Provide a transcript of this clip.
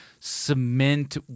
cement